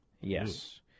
yes